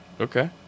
Okay